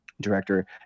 director